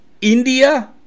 India